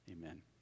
Amen